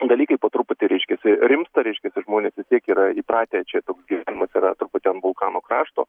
dalykai po truputį reiškiasi rimsta reiškiasi žmonės vis tiek yra įpratę čia toks mat yra truputį ant vulkano krašto